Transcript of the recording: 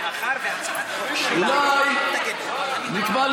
אולי נקבע,